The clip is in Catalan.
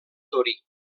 torí